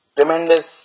Tremendous